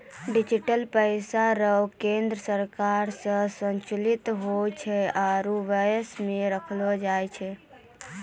digital पैसा रो केन्द्र सरकार से संचालित हुवै छै आरु वश मे रखलो जाय छै